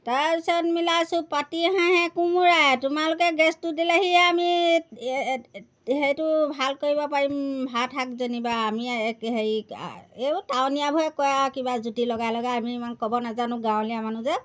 তাৰপিছত মিলাইছোঁ পাতি হাঁহে কোমোৰাই তোমালোকে গেছটো দিলেহিয়ে আমি সেইটো ভাল কৰিব পাৰিম ভাত শাক যেনিবা আমি হেৰি এই টাউনীয়াবোৰে কয় আৰু কিবা জুতি লগাই লগাই আমি ইমান ক'ব নাজানো গাঁৱলীয়া মানুহ যে